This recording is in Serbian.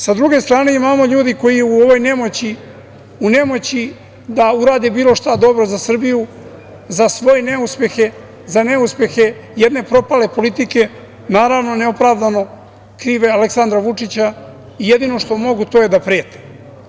Sa druge strane imamo ljude koji u ovoj nemoći, u nemoći da urade bilo šta dobro za Srbiju, za svoje neuspehe, za neuspehe jedne propale politike, naravno neopravdano krive Aleksandra Vučića, jedino što mogu to je da prete.